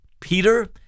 Peter